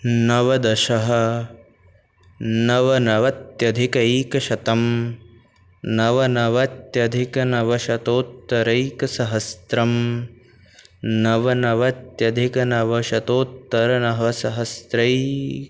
नवदशः नवनवत्यधिकैकशतं नवनवत्यधिकनवशतोत्तरैकसहस्रम् नवनवत्यधिकनवशतोत्तरनवसहस्रै